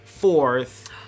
Fourth